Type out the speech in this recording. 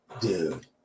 Dude